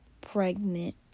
pregnant